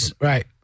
Right